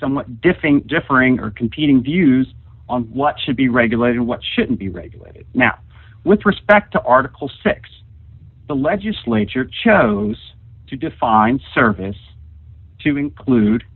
somewhat differing differing or competing views on what should be regulated what should be regulated now with respect to article six the legislature chose to define service to include